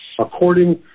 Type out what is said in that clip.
according